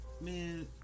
Man